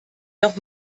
noch